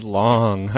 long